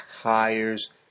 hires